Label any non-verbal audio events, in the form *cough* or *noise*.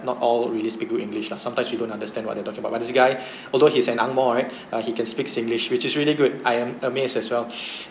not all really speak good english lah sometimes we don't understand what they talking about but this guy *breath* although he's an ang moh right *breath* uh he can speak singlish which is really good I am amazed as well *breath*